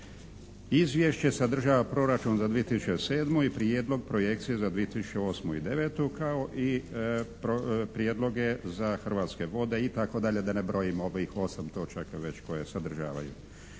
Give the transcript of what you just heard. Izvješće sadržava proračun za 2007. i prijedlog projekcije za 2008. i 2009. kao i prijedloge za hrvatske vode itd. da ne brojim ovih osam točaka već koje sadržavaju.